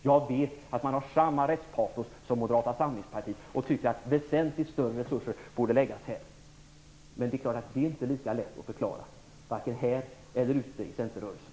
Jag vet att man har samma rättspatos som Moderata samlingspartiet och tycker att väsentligt större resurser borde läggas här. Men det är inte lika lätt att förklara, varken här eller ute i centerrörelsen.